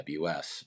AWS